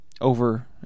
over